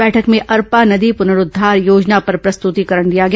बैठक में अरपा नदी पुनरूद्वार योजना पर प्रस्तुतिकरण दिया गया